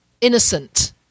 innocent